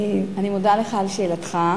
אני מודה לך על שאלתך,